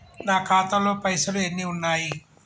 నా ఖాతాలో పైసలు ఎన్ని ఉన్నాయి?